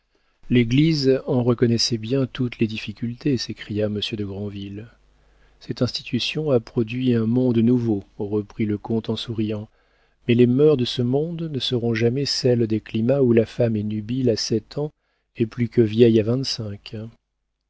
l'église en reconnaissait bien toutes les difficultés s'écria monsieur de grandville cette institution a produit un monde nouveau reprit le comte en souriant mais les mœurs de ce monde ne seront jamais celles des climats où la femme est nubile à sept ans et plus que vieille à vingt-cinq